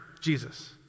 jesus